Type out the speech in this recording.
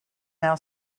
now